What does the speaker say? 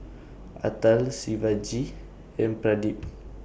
Atal Shivaji and Pradip